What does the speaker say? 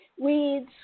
weeds